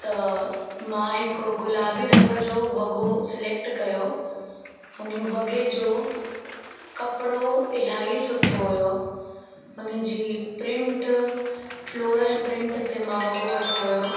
त मां हिकु गुलाबी रंग जो वॻो सिलेक्ट कयो हुनि वॻे जो कपिड़ो इलाही सुठो हुयो उन जी प्रिंट फ़िलोरल प्रिंट ते मां वॻो वरितो हुयो